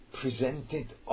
presented